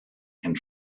and